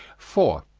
four.